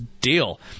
deal